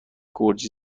گرجی